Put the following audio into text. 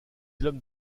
l’homme